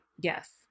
Yes